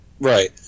Right